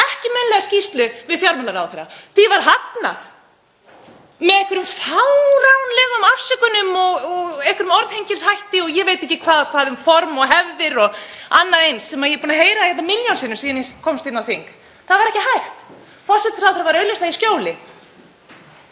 ekki munnlega skýrslu fjármálaráðherra. Því var hafnað með fáránlegum afsökunum og einhverjum orðhengilshætti og ég veit ekki hvað, um form og hefðir og annað eins, sem ég er búin að heyra milljón sinnum, síðan ég kom inn á þing. Það var ekki hægt. Forsætisráðherra var augljóslega í skjóli.